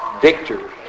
victory